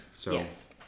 Yes